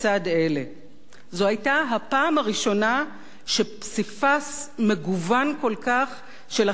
זו היתה הפעם הראשונה שפסיפס מגוון כל כך של החברה הישראלית